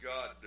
God